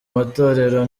matorero